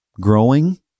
growing